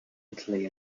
italy